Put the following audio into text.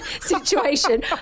situation